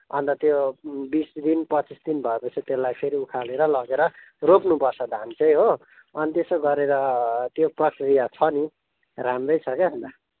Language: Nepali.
अन्त त्यो बिस दिन पच्चिस दिन भएपछि त्यसलाई फेरि उखालेर लगेर रोप्नुपर्छ धान चाहिँ हो अनि त्यसो गरेर त्यो पछि अब छ नि राम्रै छ क्या यसमा